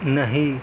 نہیں